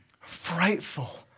frightful